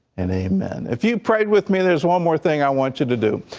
and amen. if you prayed with me, there's one more thing i want you to do,